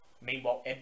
Meanwhile